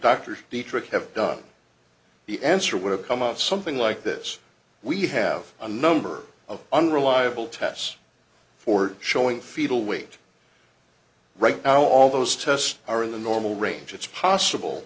doctors dietrich have done the answer would have come of something like this we have a number of unreliable tests for showing fetal weight right now all those tests are in the normal range it's possible